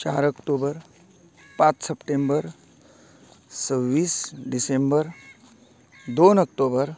चार ऑक्टोबर पांच सप्टेंबर सव्वीस डिसेंबर दोन ऑक्टोबर